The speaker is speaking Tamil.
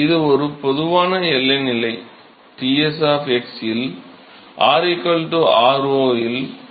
இது ஒரு பொதுவான எல்லை நிலை Ts இல் r r0 இல் T Ts